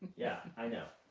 yeah, i know.